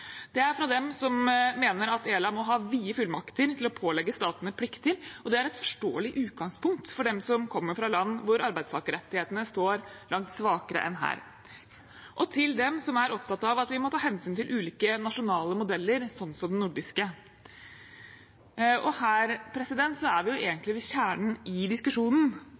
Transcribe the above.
Det er fra dem som mener at ELA må ha vide fullmakter til å pålegge statene plikter – og det er et forståelig utgangspunkt for dem som kommer fra land hvor arbeidstakerrettighetene står langt svakere enn her – og til dem som er opptatt av at vi må ta hensyn til ulike nasjonale modeller, sånn som den nordiske. Her er vi egentlig ved kjernen i diskusjonen: